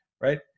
right